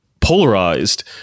polarized